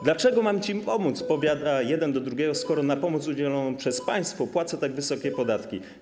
Dlaczego mam ci pomóc - powiada jeden do drugiego - skoro na pomoc udzieloną przez państwo płacę tak wysokie podatki?